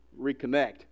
Reconnect